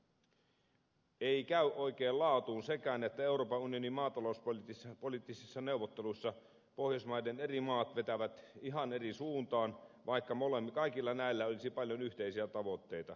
ei käy oikein laatuun sekään että euroopan unionin maatalouspoliittisissa neuvotteluissa pohjoismaiden eri maat vetävät ihan eri suuntaan vaikka kaikilla näillä olisi paljon yhteisiä tavoitteita